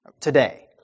today